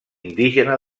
indígena